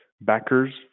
backers